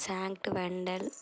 శాంక్ట్ Wendell